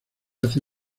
hace